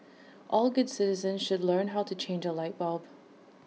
all good citizens should learn how to change A light bulb